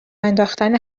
انداختن